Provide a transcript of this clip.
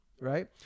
Right